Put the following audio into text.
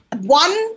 one